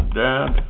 dad